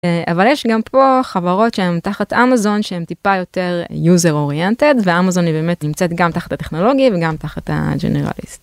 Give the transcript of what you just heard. אבל יש גם פה חברות שהן תחת אמזון שהן טיפה יותר user-oriented ואמזון היא באמת נמצאת גם תחת הטכנולוגי וגם תחת הג'נרליסט.